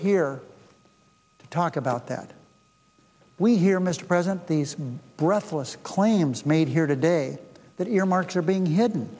here to talk about that we hear mr president these breathless claims made here today that earmarks are being hidden